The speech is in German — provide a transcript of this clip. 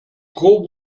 pro